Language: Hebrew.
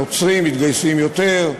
נוצרים מתגייסים יותר,